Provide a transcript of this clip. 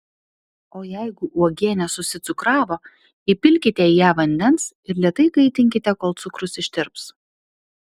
o jeigu uogienė susicukravo įpilkite į ją vandens ir lėtai kaitinkite kol cukrus ištirps